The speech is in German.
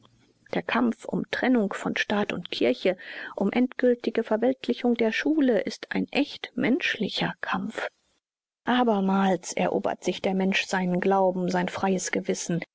der kampf um trennung von staat und kirche um endgültige verweltlichung der schule ist ein echt menschlicher kampf abermals erobert sich der mensch seinen glauben sein freies gewissen